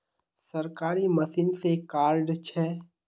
सरकारी मशीन से कार्ड छै?